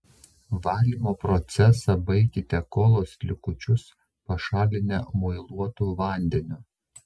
valymo procesą baikite kolos likučius pašalinę muiluotu vandeniu